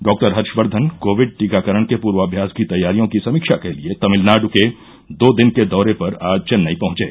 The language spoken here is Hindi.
डॉक्टर हर्षवर्धन कोविड टीकाकरण के पूर्वाभ्यास की तैयारियों की समीक्षा के लिए तमिलनाडु के दो दिन के दौरे पर आज चेन्नई पहुंचे